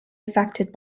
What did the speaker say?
affected